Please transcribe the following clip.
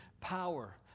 power